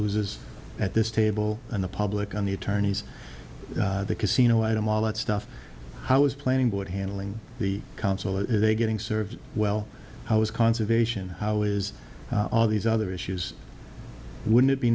loses at this table and the public on the attorneys the casino item all that stuff how is planning board handling the council is they getting served well how is conservation how is all these other issues wouldn't it be